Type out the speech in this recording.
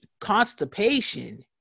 constipation